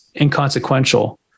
inconsequential